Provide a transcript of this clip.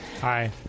Hi